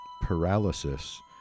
paralysis